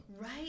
Right